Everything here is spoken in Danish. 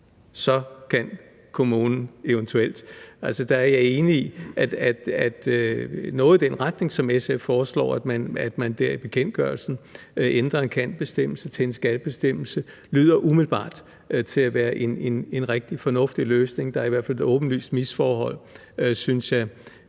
kan kommunen eventuelt sætte ind. Altså, der er jeg enig i noget af den retning, som SF foreslår, altså at man dér i bekendtgørelsen ændrer en »kan«-bestemmelse til en »skal«-bestemmelse. Det lader umiddelbart til at være en rigtig fornuftig løsning. Der er i hvert fald et åbenlyst misforhold, synes jeg,